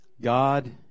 God